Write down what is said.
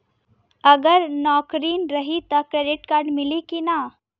अगर नौकरीन रही त क्रेडिट कार्ड मिली कि ना?